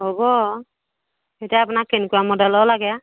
হ'ব এতিয়া আপোনাক কেনেকুৱা মডেলৰ লাগে